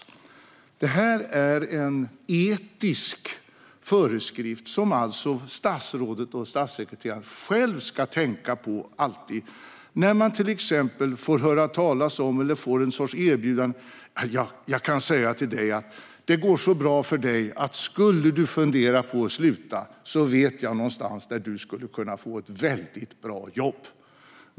Detta är en etisk föreskrift som statsrådet och statssekreteraren själv alltid ska tänka på när man till exempel får höra talas om eller får en sorts erbjudande: "Jag kan säga till dig att det går så bra för dig att om du skulle fundera på att sluta vet jag någonstans där du skulle kunna få ett väldigt bra jobb!"